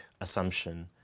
assumption